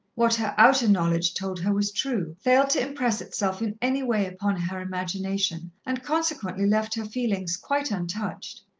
what her outer knowledge told her was true, failed to impress itself in any way upon her imagination, and consequently left her feelings quite untouched.